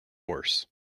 horse